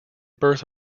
birth